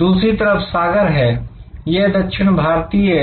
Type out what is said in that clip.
दूसरी तरफ सागर है यह दक्षिण भारतीय